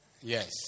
Yes